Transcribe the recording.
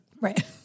Right